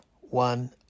one